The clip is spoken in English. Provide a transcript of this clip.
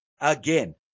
again